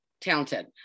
talented